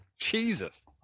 Jesus